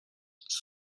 هیچ